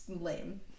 lame